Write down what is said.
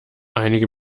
einige